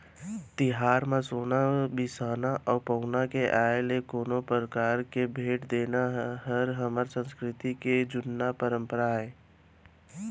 तिहार म सोन बिसाना अउ पहुना के आय ले कोनो परकार के भेंट देना हर हमर संस्कृति के जुन्ना परपंरा आय